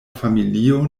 familio